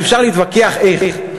אז אפשר להתווכח איך,